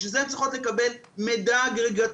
בשביל זה הן צריכות לקבל מידע אגרגטיבי